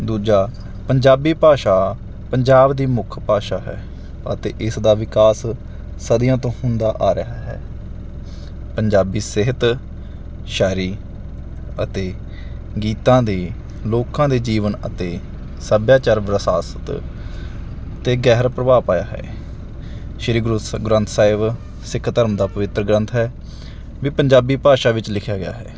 ਦੂਜਾ ਪੰਜਾਬੀ ਭਾਸ਼ਾ ਪੰਜਾਬ ਦੀ ਮੁੱਖ ਭਾਸ਼ਾ ਹੈ ਅਤੇ ਇਸ ਦਾ ਵਿਕਾਸ ਸਦੀਆਂ ਤੋਂ ਹੁੰਦਾ ਆ ਰਿਹਾ ਹੈ ਪੰਜਾਬੀ ਸਿਹਤ ਸ਼ਾਇਰੀ ਅਤੇ ਗੀਤਾਂ ਦੇ ਲੋਕਾਂ ਦੇ ਜੀਵਨ ਅਤੇ ਸੱਭਿਆਚਾਰਕ ਵਿਰਾਸਤ 'ਤੇ ਗਹਿਰਾ ਪ੍ਰਭਾਵ ਪਾਇਆ ਹੈ ਸ਼੍ਰੀ ਗੁਰੂ ਗ੍ਰੰਥ ਸਾਹਿਬ ਸਿੱਖ ਧਰਮ ਦਾ ਪਵਿੱਤਰ ਗ੍ਰੰਥ ਹੈ ਵੀ ਪੰਜਾਬੀ ਭਾਸ਼ਾ ਵਿੱਚ ਲਿਖਿਆ ਗਿਆ ਹੈ